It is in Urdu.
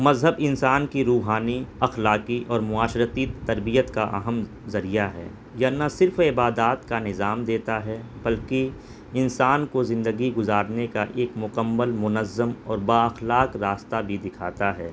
مذہب انسان کی روحانی اخلاقی اور معاشرتی تربیت کا اہم ذریعہ ہے نہ صرف عبادات کا نظام دیتا ہے بلکہ انسان کو زندگی گزارنے کا ایک مکمل منظم اور با اخلاق راستہ بھی دکھاتا ہے